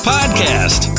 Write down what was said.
Podcast